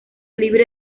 libre